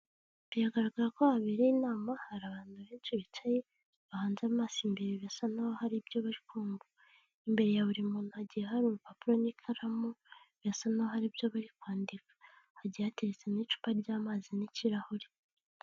Biragaragara ko habiri inama, hari abantu benshi bicaye bahanze amaso imbere. Birasa naho hari ibyo barikumva. Imbere ya buri muntu agiye hari urupapuro n’ikaramu, birasa ko hari ibyo bari kwandika. Hagiye hateretse n’icupa ry’amazi n’ikirahure.